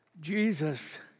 Jesus